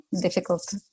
difficult